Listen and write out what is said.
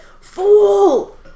Fool